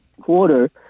quarter